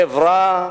חברה,